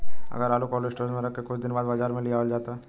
अगर आलू cold storage में रख के कुछ दिन बाद बाजार में लियावल जा?